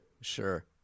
Sure